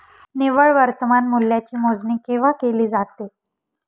निव्वळ वर्तमान मूल्याची मोजणी केव्हा केली जाते?